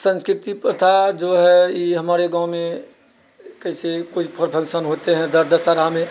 संस्कृति प्रथा जो है ई हमारे गाँवमे कैसे कोइ फंक्शन होतै है दशहरामे